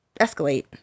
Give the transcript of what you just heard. escalate